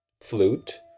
flute